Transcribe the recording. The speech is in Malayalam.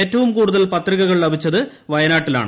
ഏറ്റവും കൂടുതൽ പത്രികകൾ ലഭിച്ചത് വയനാട്ടിലാണ്